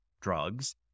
drugs